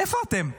איפה אתם?